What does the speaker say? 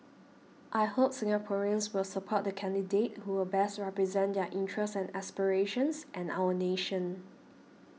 I hope Singaporeans will support the candidate who will best represent their interests and aspirations and our nation